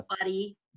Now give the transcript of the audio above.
buddy